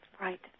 Right